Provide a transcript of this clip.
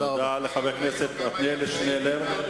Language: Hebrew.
תודה לחבר הכנסת עתניאל שנלר.